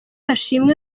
ashimwe